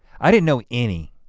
i didn't know any.